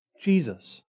Jesus